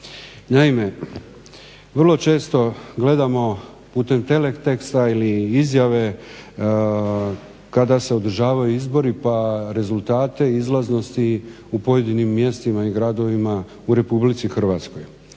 Naime, vrlo često gledamo putem Teleteksta ili izjave kada se održavaju izbori pa rezultate izlaznosti u pojedinim mjestima i gradovima u RH. Želim stati